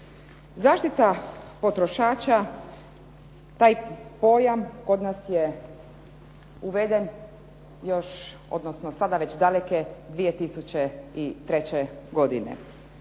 Zaštita potrošača, taj pojam kod nas je uveden još, odnosno sada već daleke 2003. godine.